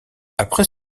après